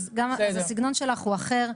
אז הסגנון שלך הוא אחר,